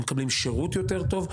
אנחנו מקבלים שירות יותר טוב,